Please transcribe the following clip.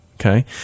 Okay